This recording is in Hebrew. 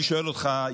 אני שואל אותך,